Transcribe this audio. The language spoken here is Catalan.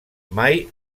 mai